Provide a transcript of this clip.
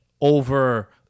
over